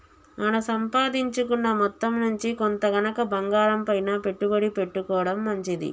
మన సంపాదించుకున్న మొత్తం నుంచి కొంత గనక బంగారంపైన పెట్టుబడి పెట్టుకోడం మంచిది